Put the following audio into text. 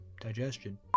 digestion